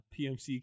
PMC